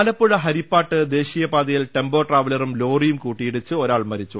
ആലപ്പുഴ ഹരിപ്പാട്ട് ദേശീയപാതയിൽ ടെമ്പോ ട്രാവലറും ലോറിയും കൂട്ടിയിടിച്ച് ഒരാൾ മരിച്ചു